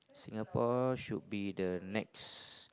Singapore should be the next